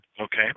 Okay